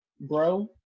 bro